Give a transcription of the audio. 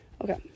Okay